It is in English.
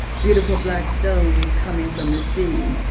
beautiful black stones, coming from the sea.